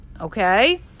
okay